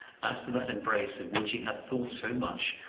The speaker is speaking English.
as to that embrace of which he had thought so much,